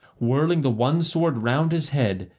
whirling the one sword round his head,